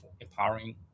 empowering